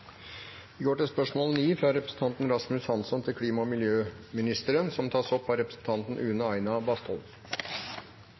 fra representanten Rasmus Hansson til klima- og miljøministeren, vil bli tatt opp av representanten Une